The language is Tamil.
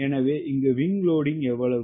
எனவே இங்கு விங் லோடிங் எவ்வளவு